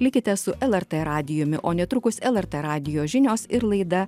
likite su lrt radijumi o netrukus lrt radijo žinios ir laida